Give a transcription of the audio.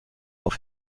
auf